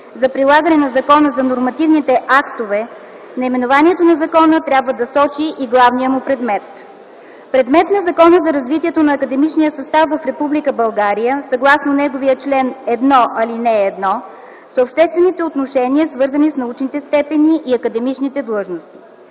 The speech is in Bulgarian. за прилагане на Закона за нормативните актове, наименованието на закона трябва да сочи и главния му предмет. Предмет на Закона за развитието на академичния състав в Република България, съгласно неговия чл. 1, ал. 1, са обществените отношения, свързани с научните степени и академичните длъжности.